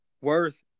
worth